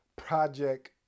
project